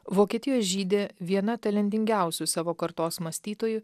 vokietijos žydė viena talentingiausių savo kartos mąstytojų